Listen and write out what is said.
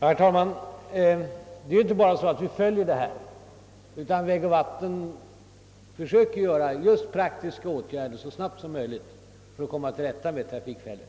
Herr talman! Det är inte bara så att vi följer denna fråga utan vägoch vattenbyggnadsstyrelsen försöker vidta just praktiska åtgärder så snabbt som möjligt för att komma till rätta med trafikfällorna.